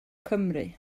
cymru